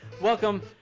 Welcome